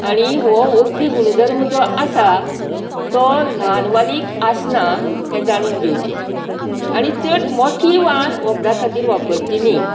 आनी हो वखदी गुणधर्म जो आसा तो ल्हानवालीक आसना हे जाणून घेवचें आनी चड मोठी वाल वखदा खातीर वापरची न्ही